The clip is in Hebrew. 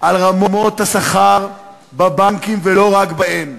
על רמות השכר בבנקים, ולא רק בהם.